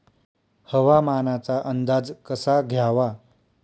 हवामानाचा अंदाज कसा घ्यावा?